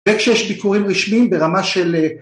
וכשיש ביקורים רשמיים ברמה של